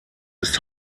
ist